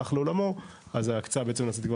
הלך לעולמו אז ההקצאה בעצם נעשית,